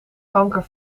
kanker